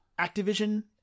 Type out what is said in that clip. Activision